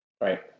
right